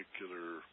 particular